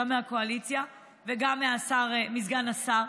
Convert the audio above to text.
גם מהקואליציה וגם מסגן השר,